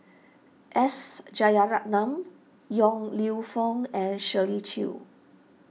S Yong Lew Foong and Shirley Chew